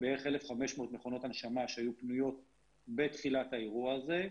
בערך 1,500 מכונות הנשמה שהיו פנויות בתחילת האירוע הזה.